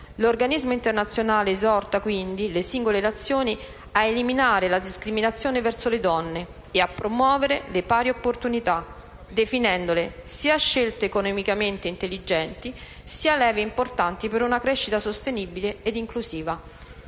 L'organismo internazionale esorta quindi le singole nazioni ad eliminare la discriminazione verso le donne e a promuovere le pari opportunità, definendole sia scelte economicamente intelligenti, sia leve importanti per una crescita sostenibile ed inclusiva.